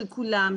של כולם,